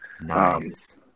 Nice